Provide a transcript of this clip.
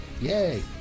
yay